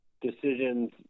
decisions